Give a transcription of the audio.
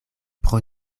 pro